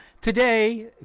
Today